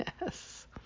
yes